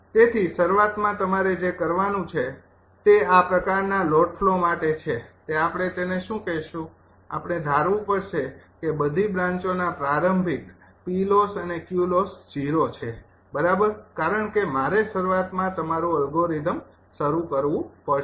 તેથી શરૂઆતમાં તમારે જે કરવાનું છે તે આ પ્રકારના લોડ ફ્લો માટે છે તે આપણે તેને શું કહેશું આપણે ધારવું પડશે કે બધી બ્રાંચોના પ્રારંભિક અને ૦ છે બરાબર કારણ કે મારે શરૂઆતમાં તમારું અલ્ગોરિધમ શરૂ કરવું પડશે